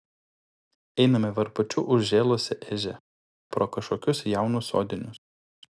einame varpučiu užžėlusia ežia pro kažkokius jaunus sodinius